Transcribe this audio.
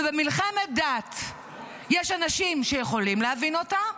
ובמלחמת דת יש אנשים שיכולים להבין אותה,